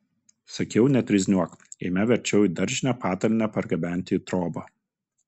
sakiau netrizniuok eime verčiau į daržinę patalynę pargabenti į trobą